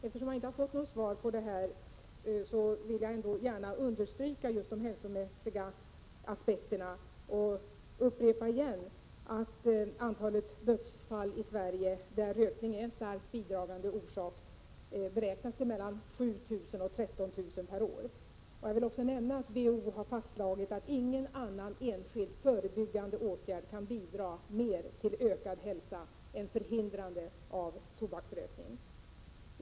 Eftersom jag inte har fått något svar vill jag gärna understryka just de hälsomässiga aspekterna och på nytt upprepa att antalet dödsfall i Sverige där rökning är en starkt bidragande orsak beräknas till mellan 7 000 och 13 000 per år. Jag vill också nämna att WHO har fastslagit att ingen annan enskild förebyggande åtgärd kan bidra mer till ökad hälsa än förhindrande av tobaksrökning.